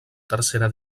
tercera